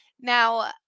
Now